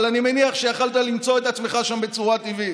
אבל אני מניח שיכולת למצוא את עצמך שם בצורה טבעית,